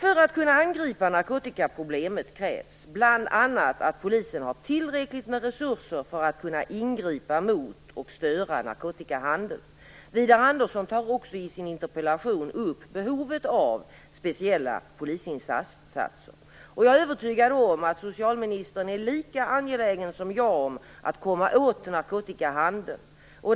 För att kunna angripa narkotikaproblemet krävs bl.a. att polisen har tillräckligt med resurser för att kunna ingripa mot och störa narkotikahandeln. Widar Andersson tar också i sin interpellation upp behovet av speciella polisinsatser. Jag är övertygad om att socialministern är lika angelägen som jag om att komma åt narkotikahandeln.